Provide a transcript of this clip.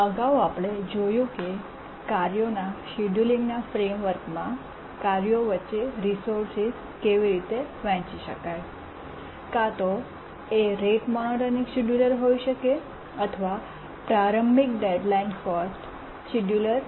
અગાઉ આપણે જોયું કે કાર્યોના શેડયુલિંગના ફ્રેમવર્કમાં કાર્યો વચ્ચે રિસોર્સ કેવી રીતે વહેંચી શકાય કાં તો એ રેટ મોનોટોનિક શિડ્યુલર હોઈ શકે અથવા પ્રારંભિક ડેડલાઇન પ્રથમ શેડ્યૂલર